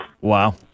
Wow